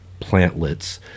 plantlets